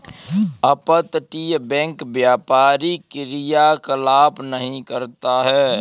अपतटीय बैंक व्यापारी क्रियाकलाप नहीं करता है